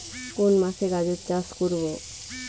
কোন মাসে গাজর চাষ করব?